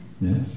yes